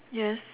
yes